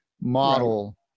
model